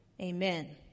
Amen